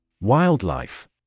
Wildlife